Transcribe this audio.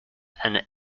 and